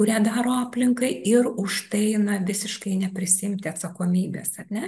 kurią daro aplinkai ir už tai na visiškai neprisiimti atsakomybės ar ne